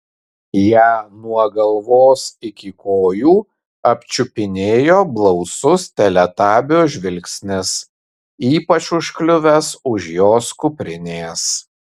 ją nuo galvos iki kojų apčiupinėjo blausus teletabio žvilgsnis ypač užkliuvęs už jos kuprinės